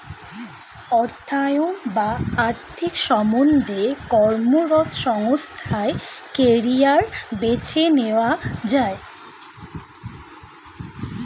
অর্থায়ন বা আর্থিক সম্বন্ধে কর্মরত সংস্থায় কেরিয়ার বেছে নেওয়া যায়